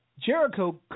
Jericho